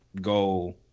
go